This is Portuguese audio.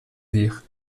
vir